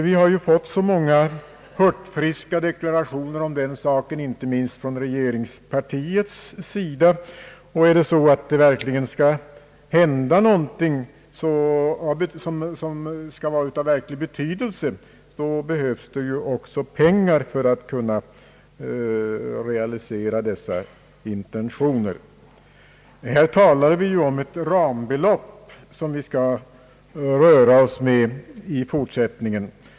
Vi har ju fått så många hurtfriska deklarationer om den saken, inte minst från regeringspartiet. Skall det hända någonting av verklig betydelse, behövs det ju också pengar för att kunna realisera intentionerna. Här talar vi ju om ett rambelopp som vi skall röra oss med i fortsättningen.